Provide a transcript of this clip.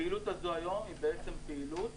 הפעילות הזו היום היא בעצם פעילות